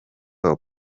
for